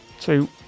two